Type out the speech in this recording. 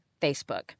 Facebook